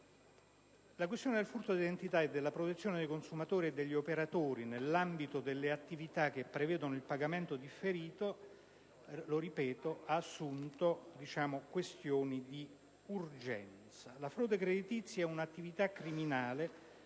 La questione del furto di identità e della protezione dei consumatori e degli operatori nell'ambito delle attività che prevedono il pagamento differito ha assunto infatti dimensioni di grande rilevanza. La frode creditizia è un'attività criminale